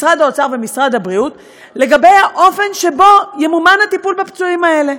משרד האוצר ומשרד הבריאות לגבי האופן שבו ימומן הטיפול בפצועים האלה.